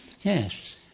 Yes